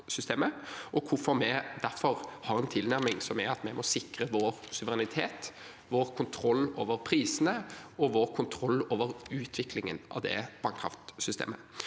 og hvorfor vi derfor har en tilnærming som er at vi må sikre vår suverenitet, vår kontroll over prisene og vår kontroll over utviklingen av det vannkraftsystemet.